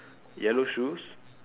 yellow shoes